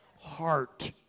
heart